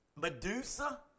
Medusa